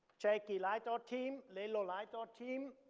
jackie, light art team, lelo, light art team,